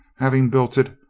having built it,